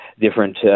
different